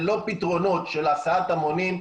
ללא פתרונות של הסעת המונים,